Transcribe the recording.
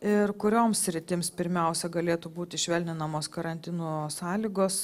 ir kurioms sritims pirmiausia galėtų būti švelninamos karantino sąlygos